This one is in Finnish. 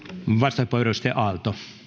arvoisa herra